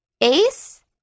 Ace